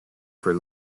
for